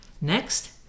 Next